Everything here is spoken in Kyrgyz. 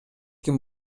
ким